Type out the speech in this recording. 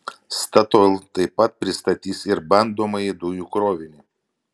statoil taip pat pristatys ir bandomąjį dujų krovinį